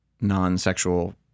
non-sexual